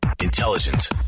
Intelligent